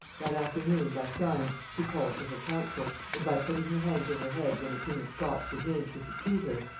that afternoon by signs she called for her council, and by putting her hand to her head when the king of scots was named to succeed her,